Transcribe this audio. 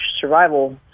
survival